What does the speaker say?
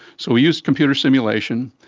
so we used computer simulation,